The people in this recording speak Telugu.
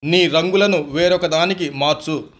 నీ రంగులను వేరొకదానికి మార్చు